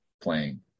playing